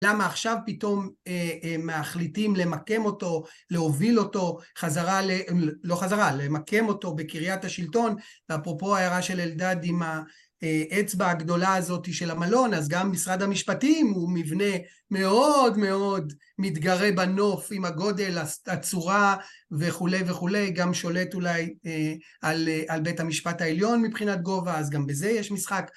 למה עכשיו פתאום מחליטים למקם אותו, להוביל אותו חזרה... לא חזרה, למקם אותו בקריית השלטון, ואפרופו ההערה של אלדד עם האצבע הגדולה הזאת של המלון, אז גם משרד המשפטים הוא מבנה מאוד מאוד מתגרה בנוף עם הגודל, הצורה וכולי וכולי, גם שולט אולי על בית המשפט העליון מבחינת גובה, אז גם בזה יש משחק